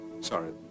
Sorry